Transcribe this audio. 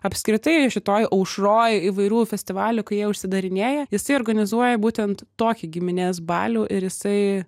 apskritai šitoj aušroj įvairių festivalių kai jie užsidarinėja jisai organizuoja būtent tokį giminės balių ir jisai